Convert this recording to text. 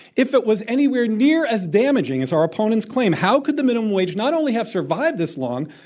if it was anywhere near as damaging as our opponents claim, how could the minimum wage not only have survived this long,